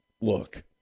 look